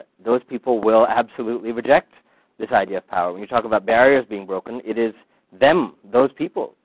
those people will absolutely reject this idea of power. when you talk about barriers being broken, it is them, those people,